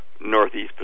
northeast